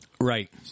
Right